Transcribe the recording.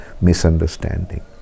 misunderstanding